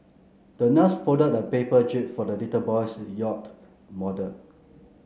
the nurse folded a paper jib for the little boy's yacht model